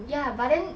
ya but then